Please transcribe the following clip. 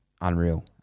unreal